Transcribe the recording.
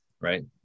right